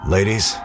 Ladies